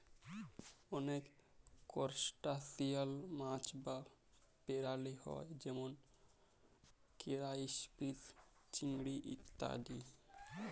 অলেক করসটাশিয়াল মাছ বা পেরালি হ্যয় যেমল কেরাইফিস, চিংড়ি ইত্যাদি